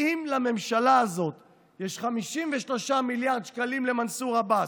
אם לממשלה הזאת יש 53 מיליארד שקלים למנסור עבאס,